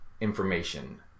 information